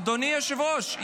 אדוני היושב-ראש,